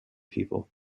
people